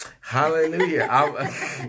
Hallelujah